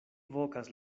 vokas